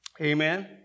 Amen